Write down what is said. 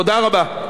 תודה רבה.